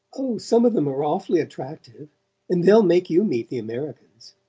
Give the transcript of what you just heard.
oh, some of them are awfully attractive and they'll make you meet the americans.